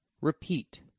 Repeat